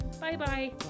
Bye-bye